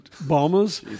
bombers